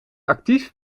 actief